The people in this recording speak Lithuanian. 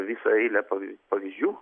visą eilę pavyz pavyzdžių